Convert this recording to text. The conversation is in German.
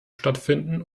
stattfinden